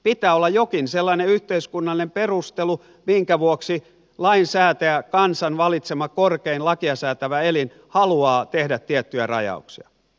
pitää olla jokin sellainen yhteiskunnallinen perustelu minkä vuoksi lainsäätäjä kansan valitsema korkein lakia säätävä elin haluaa tehdä tiettyjä rajauksia